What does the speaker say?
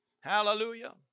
Hallelujah